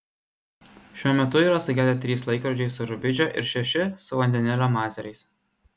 šiuo metu yra sugedę trys laikrodžiai su rubidžio ir šeši su vandenilio mazeriais